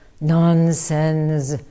nonsense